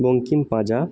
Bankim Panja